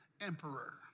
emperor